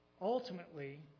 ultimately